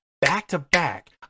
back-to-back